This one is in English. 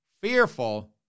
fearful